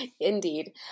Indeed